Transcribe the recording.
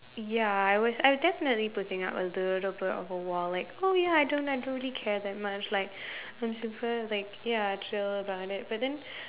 ya I was I was definitely putting up a little bit of a wall like oh ya I don't I don't really care that much like I'm super like ya chill about it but then